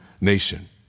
nation